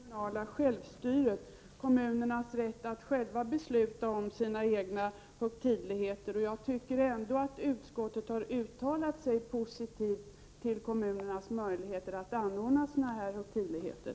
Fru talman! Det här handlar också om den kommunala självstyrelsen, kommunernas rätt att själva besluta om sina egna högtidligheter. Jag tycker ändå att utskottet har uttalat sig positivt till kommunernas möjligheter att anordna sådana här högtidligheter.